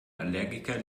allergiker